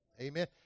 Amen